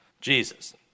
Jesus